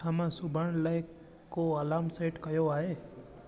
छा मां सुभाणे लाइ को अलाम सेट कयो आहे